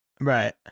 Right